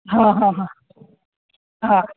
હા હા હા હા